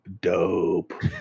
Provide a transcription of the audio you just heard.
dope